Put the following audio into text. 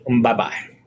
Bye-bye